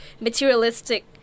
materialistic